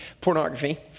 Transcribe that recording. pornography